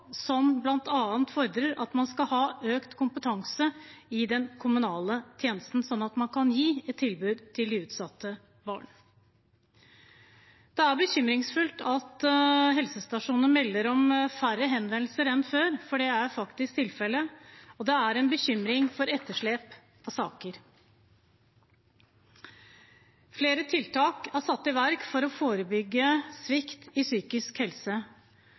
som bl.a. fordrer at man skal ha økt kompetanse i den kommunale tjenesten, slik at man kan gi tilbud til utsatte barn. Det er bekymringsfullt at helsestasjoner melder om færre henvendelser enn før, det er faktisk tilfellet, og det er en bekymring for etterslep av saker. Flere tiltak er satt i verk for å forebygge svikt i psykisk